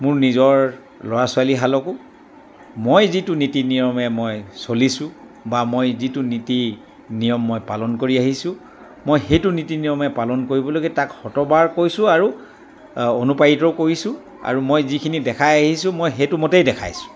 মোৰ নিজৰ ল'ৰা ছোৱালীহালকো মই যিটো নীতি নিয়মে মই চলিছোঁ বা মই যিটো নীতি নিয়ম মই পালন কৰি আহিছোঁ মই সেইটো নীতি নিয়মে পালন কৰিবলৈকে তাক শতবাৰ কৈছোঁ আৰু অনুপ্ৰাণিত কৰিছোঁ আৰু মই যিখিনি দেখুৱাই আহিছোঁ মই সেইটো মতেই দেখাইছোঁ